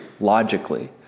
Logically